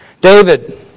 David